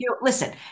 Listen